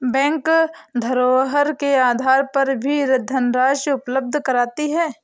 bank धरोहर के आधार पर भी धनराशि उपलब्ध कराती है